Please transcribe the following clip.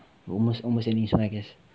almost almost at least one I guess